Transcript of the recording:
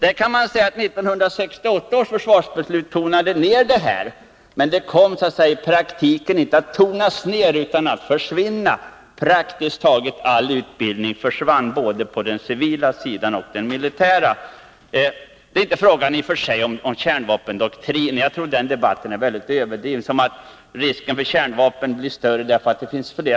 Man kan säga att 1968 års försvarsbeslut tonade ner detta, men i praktiken kom det inte bara att tonas ner utan att försvinna. Praktiskt taget all utbildning försvann, både på den civila och på den militära sidan. Det är i och för sig inte fråga om någon kärnvapendoktrin. Jag tror att den debatten är väldigt överdriven, t.ex. när man hävdar att risken för kärnvapenkrig blir större därför att antalet kärnvapen ökat.